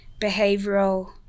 Behavioral